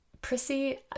prissy